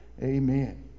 Amen